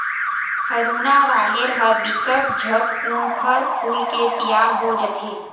हरूना राहेर ह बिकट झटकुन फर फूल के तियार हो जथे